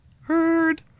heard